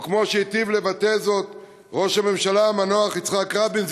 או כמו שהיטיב לבטא זאת ראש הממשלה המנוח יצחק רבין,